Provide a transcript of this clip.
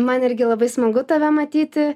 man irgi labai smagu tave matyti